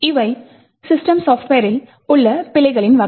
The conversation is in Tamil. இவை சிஸ்டம் சாப்ட்வேரில் உள்ள பிழைகளின் வகை